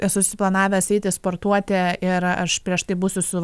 esu suplanavęs eiti sportuoti ir aš prieš tai būsiu su